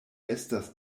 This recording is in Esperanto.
estas